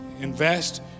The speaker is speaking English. Invest